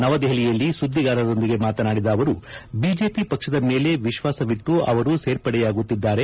ನವದೆಹಲಿಯಲ್ಲಿ ಸುದ್ದಿಗಾರರೊಂದಿಗೆ ಮಾತನಾಡಿದ ಅವರು ಬಿಜೆಪಿ ಪಕ್ಷದ ಮೇಲೆ ವಿಶ್ವಾಸವಿಟ್ಟು ಅವರು ಸೇರ್ಪಡೆಯಾಗುತ್ತಿದ್ದಾರೆ